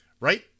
right